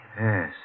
Yes